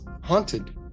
haunted